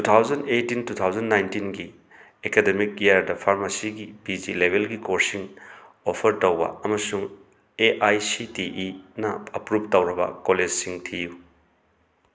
two thousand eighteen two thousand ꯅꯥꯏꯇꯤꯟꯒꯤ academic ꯏꯌꯔꯗ ꯐꯥꯔꯃꯁꯤꯒꯤ ꯄꯤ ꯖꯤ ꯂꯦꯚꯦꯜꯒꯤ ꯀꯣꯔꯁꯁꯤꯡ ꯑꯣꯐꯔ ꯇꯧꯕꯥ ꯑꯃꯁꯨꯡ A I C T E ꯅ ꯑꯦꯄ꯭ꯔꯨꯞ ꯇꯧꯔꯕ ꯀꯣꯂꯦꯖꯁꯤꯡ ꯊꯤꯌꯨ